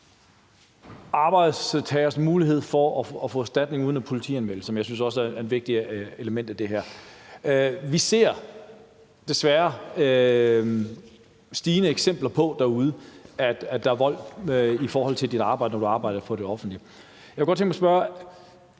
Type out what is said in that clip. arbejdstageres mulighed for at få erstatning uden at politianmelde, som jeg også synes er et vigtigt element i det her. Vi ser desværre et stigende antal eksempler derude på, at der er vold i forhold til dit arbejde, når du arbejder for det offentlige. Jeg kunne godt tænke mig at spørge: